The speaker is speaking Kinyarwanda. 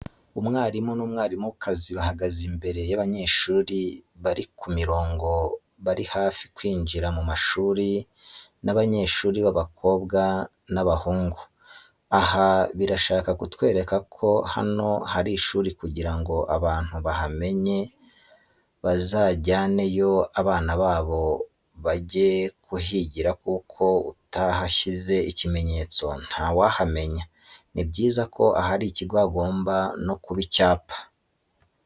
Umwarimu n'umwarimukazi bahagaze imbere yabanyeshuri barikumirongo barihafi kwinjira mumashuri nabanyeshuri babakobwa na babahungu. aha birashaka kutwereka ko hano harishuri kugirango abantu bahamenye bazajyaneyo abana babo bage kuhigira kuko utahashyize ikimenyetso ntawahamenya nibyiza ko ahari ikigo hagomba nokuba icyapa.